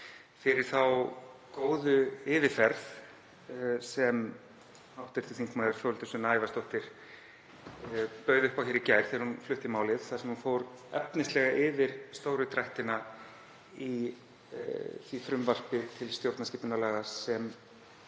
fyrir þá góðu yfirferð sem hv. þm. Þórhildur Sunna Ævarsdóttir bauð upp á hér í gær þegar hún flutti málið, þar sem hún fór efnislega yfir stóru drættina í því frumvarpi til stjórnarskipunarlaga sem